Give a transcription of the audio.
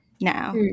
now